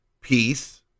peace